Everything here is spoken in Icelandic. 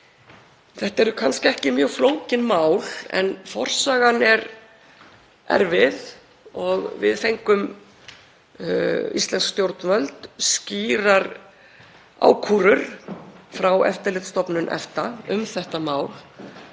Þetta eru kannski ekki mjög flókin mál en forsagan er erfið og íslensk stjórnvöld fengu skýrar ákúrur frá Eftirlitsstofnun EFTA um þetta mál